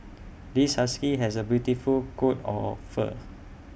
this husky has A beautiful coat of fur